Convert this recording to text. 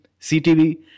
CTV